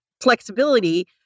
flexibility